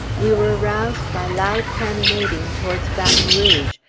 we were roused by loud cannonading towards baton rouge,